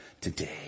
today